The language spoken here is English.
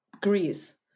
Greece